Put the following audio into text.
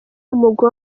umugwi